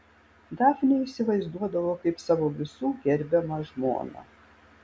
dafnę įsivaizduodavo kaip savo visų gerbiamą žmoną